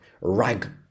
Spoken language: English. rag